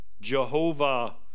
jehovah